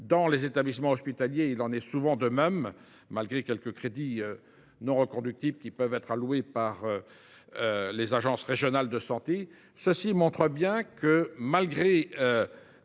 Dans les établissements hospitaliers, il en va souvent de même, malgré quelques crédits non reconductibles parfois alloués par les agences régionales de santé. Cela montre bien que, malgré